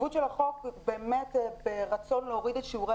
החשיבות של החוק היא באמת מתוך רצון להוריד את שיעורי